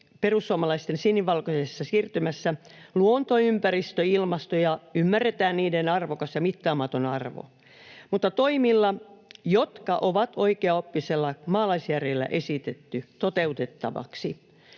perussuomalaisten sinivalkoisessa siirtymässä huomioidaan luonto, ympäristö ja ilmasto ja ymmärretään niiden arvokkuus ja mittaamaton arvo, mutta toimilla, jotka on oikeaoppisella maalaisjärjellä esitetty toteutettavaksi.